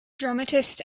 dramatist